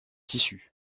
tissus